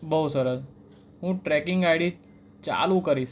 બહુ સરસ હું ટ્રેકિંગ આઈડી ચાલુ કરીશ